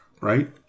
right